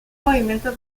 movimiento